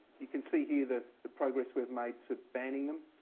you can see here the the progress we've made to banning them,